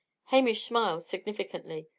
hamish smiled significantly.